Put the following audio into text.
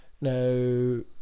Now